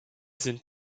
sind